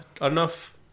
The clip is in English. enough